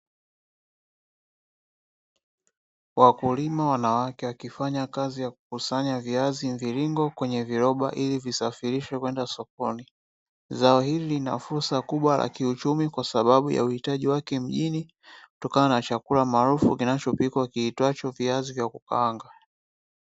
Wakulima wanawake wakifanya kazi ya kukusanya viazi mviringo kwenye viroba ili visafirishwe kwenda sokoni. Zao hili lina fursa kubwa ya kiuchumi kwa sababu ya uhitaji wake mjini kutokana na chakula maarufu kinachopikwa kiitwacho viazi vya kukaanga.